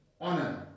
honor